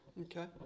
Okay